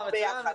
אנחנו ביחד.